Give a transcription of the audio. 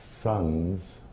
sons